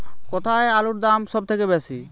কোথায় আলুর দাম সবথেকে বেশি?